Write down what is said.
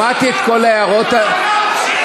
נא לשבת.